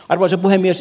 arvoisa puhemies